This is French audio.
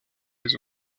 les